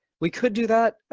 we could do that.